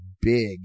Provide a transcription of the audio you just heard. big